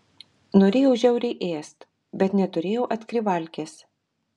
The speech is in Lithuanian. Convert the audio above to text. norėjau žiauriai ėst bet neturėjau atkrivalkės